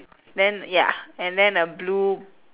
then ya and then a blue